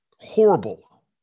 Horrible